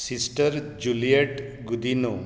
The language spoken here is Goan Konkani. सिस्टर जुलियेट गुदिनो